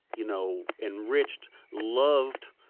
you know, enriched, loved,